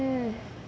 mm